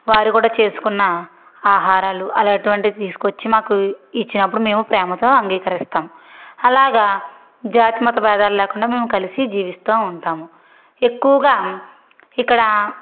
వారు కూడా చేసుకున్న ఆహారాలు అలాంటివి వంటివి తీసుకొచ్చి మాకు ఇచ్చినప్పుడు మేము ప్రేమతో అంగీకరిస్తాము అలాగా జాతిమత బేధాలు లేకుండా మేము కలిసి జీవిస్తూ ఉంటాము ఎక్కువగా ఇక్కడ